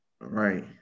Right